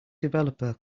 developer